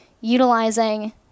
utilizing